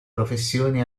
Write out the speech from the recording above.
professione